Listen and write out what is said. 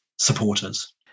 supporters